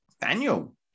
Daniel